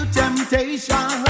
temptation